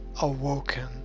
awoken